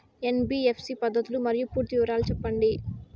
NBFC పద్ధతులు మరియు పూర్తి వివరాలు సెప్పండి?